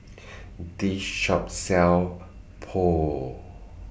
This Shop sells Pho